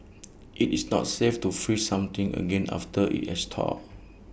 IT is not safe to freeze something again after IT has thawed